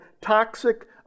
toxic